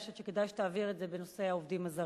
אני חושבת שכדאי שתעביר את זה בנושא העובדים הזרים.